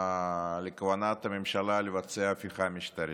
על כוונת הממשלה לבצע הפיכה משטרית.